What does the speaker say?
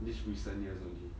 these recent years only